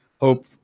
hope